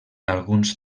alguns